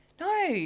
No